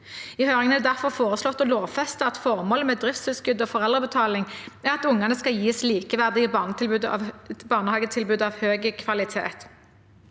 I høringen er det derfor foreslått å lovfeste at formålet med driftstilskudd og foreldrebetaling er at ungene skal gis likeverdige barnehagetilbud av høy kvalitet.